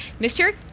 Mr